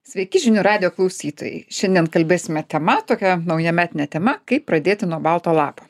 sveiki žinių radijo klausytojai šiandien kalbėsime tema tokia naujametine tema kaip pradėti nuo balto lapo